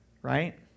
Right